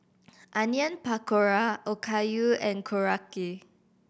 Onion Pakora Okayu and Korokke